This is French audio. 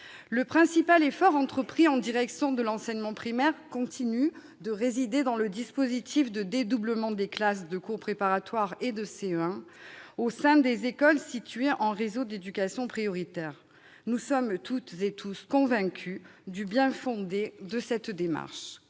Le principal effort entrepris en direction de l'enseignement primaire continue de résider dans le dispositif de dédoublement des classes de cours préparatoire et de CE1 au sein des écoles situées en réseau d'éducation prioritaire. Nous sommes toutes et tous convaincus du bien-fondé de cette démarche.